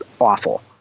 awful